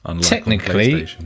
Technically